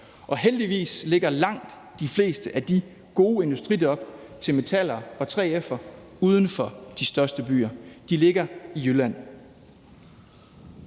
Og heldigvis ligger langt de fleste af de gode industrijob til folk inden for metal og til 3F'ere uden for de største byer; de ligger i Jylland.